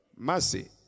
Mercy